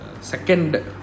second